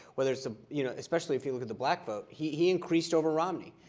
where there some you know especially if you look at the black vote he he increased over romney.